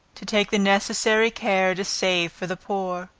to take the necessary care to save for the poor.